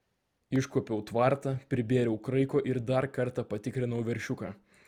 iškuopiau tvartą pribėriau kraiko ir dar kartą patikrinau veršiuką